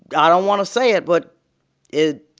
i don't want to say it, but it